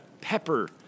Pepper